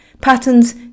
Patterns